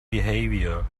behavior